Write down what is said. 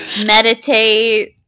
Meditate